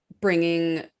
bringing